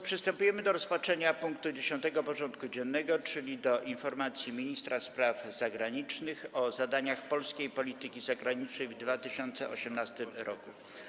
Przystępujemy do rozpatrzenia punktu 10. porządku dziennego: Informacja ministra spraw zagranicznych o zadaniach polskiej polityki zagranicznej w 2018 roku.